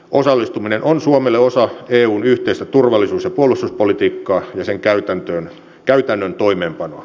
osallistuminen on suomelle osa eun yhteistä turvallisuus ja puolustuspolitiikkaa ja sen käytännön toimeenpanoa